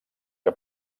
que